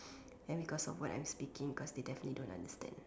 and because of what I'm speaking because they definitely don't understand